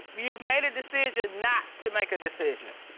you've made a decision not to make a decision.